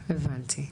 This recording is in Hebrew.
הבנתי.